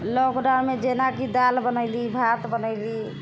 लॉकडाउनमे जेनाकि दाल बनैली भात बनैली